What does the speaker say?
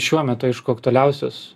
šiuo metu aišku aktualiausios